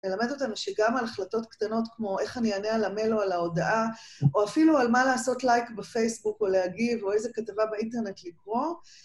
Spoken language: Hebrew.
מלמד אותנו שגם על החלטות קטנות כמו איך אני אענה על המייל או על ההודעה, או אפילו על מה לעשות לייק בפייסבוק או להגיב, או איזה כתבה באינטרנט לקרוא.